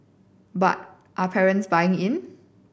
but are parents buying in